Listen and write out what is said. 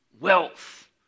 wealth